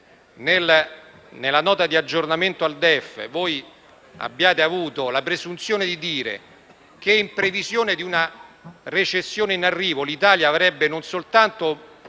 nella Nota di aggiornamento al DEF avete avuto la presunzione di dire che, in previsione di una recessione in arrivo, l'Italia avrebbe non soltanto